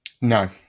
No